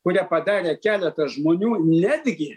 kurią padarė keletas žmonių netgi